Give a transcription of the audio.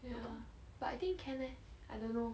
ya but I think can leh I don't know